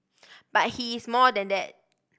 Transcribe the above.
but he is more than that